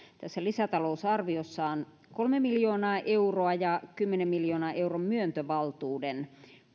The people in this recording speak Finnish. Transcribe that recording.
tässä lisätalousarviossaan kolme miljoonaa euroa ja kymmenen miljoonan euron myöntövaltuuden